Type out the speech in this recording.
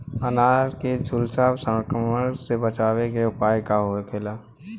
अनार के झुलसा संक्रमण से बचावे के उपाय का होखेला?